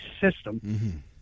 system